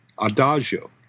Adagio